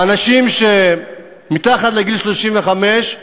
האנשים שמתחת לגיל 35,